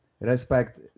Respect